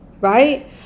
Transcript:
right